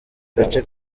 gace